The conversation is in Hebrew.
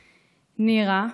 נירה,